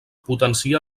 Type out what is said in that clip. potencia